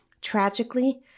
Tragically